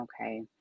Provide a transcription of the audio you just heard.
okay